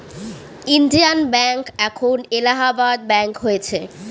Indian bank এখন Allahabad bank হয়েছে